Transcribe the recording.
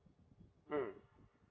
mm